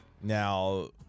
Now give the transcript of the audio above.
Now